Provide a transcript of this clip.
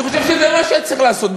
אני חושב שזה מה שהיה צריך לעשות,